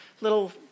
little